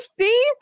see